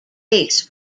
base